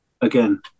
again